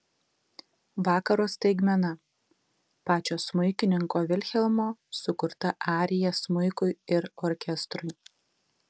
vakaro staigmena pačio smuikininko vilhelmo sukurta arija smuikui ir orkestrui